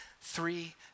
three